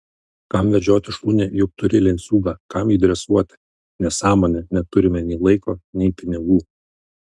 kam vedžioti šunį juk turi lenciūgą kam jį dresuoti nesąmonė neturime nei laiko nei pinigų